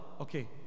Okay